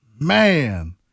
Man